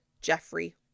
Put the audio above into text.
Jeffrey